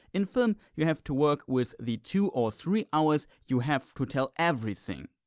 in film you have to work with the two or three hours you have to tell everything.